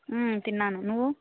తిన్నాను నువ్వు